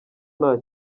nta